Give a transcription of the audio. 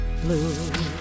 blue